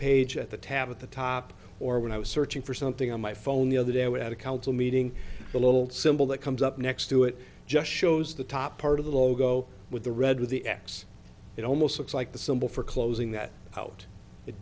page at the tab at the top or when i was searching for something on my phone the other day we had a council meeting the little symbol that comes up next to it just shows the top part of the logo with the red with the x it almost looks like the symbol for closing that out it